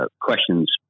questions